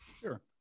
Sure